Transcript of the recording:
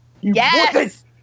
Yes